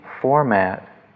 format